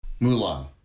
Mulan